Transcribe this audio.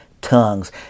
tongues